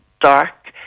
dark